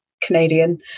Canadian